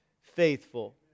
faithful